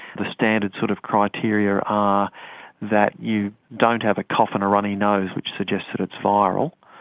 the standard sort of criteria are that you don't have a cough and a runny nose which suggests that it's viral,